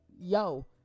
yo